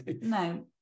No